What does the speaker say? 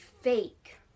fake